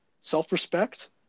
self-respect